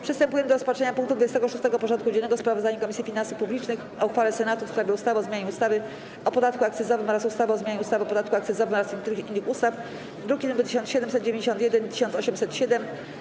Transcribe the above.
Przystępujemy do rozpatrzenia punktu 26. porządku dziennego: Sprawozdanie Komisji Finansów Publicznych o uchwale Senatu w sprawie ustawy o zmianie ustawy o podatku akcyzowym oraz ustawy o zmianie ustawy o podatku akcyzowym oraz niektórych innych ustaw (druki nr 1791 i 1807)